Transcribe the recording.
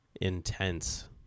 intense